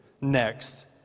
next